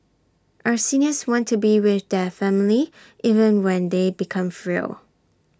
our seniors want to be with their family even when they become frail